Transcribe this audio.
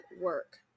work